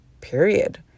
period